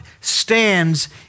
stands